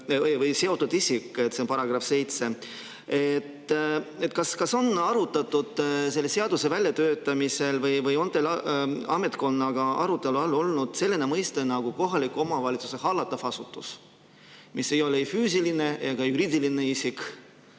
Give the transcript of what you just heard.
või seotud isik. See on §‑s 7. Kas seda on arutatud selle seaduse väljatöötamisel või on teil ametkonnaga arutelu all olnud selline mõiste nagu kohaliku omavalitsuse hallatav asutus, mis ei ole füüsiline ega juriidiline isik,